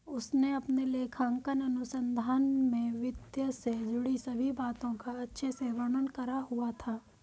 उसने अपने लेखांकन अनुसंधान में वित्त से जुड़ी सभी बातों का अच्छे से वर्णन करा हुआ था